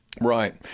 right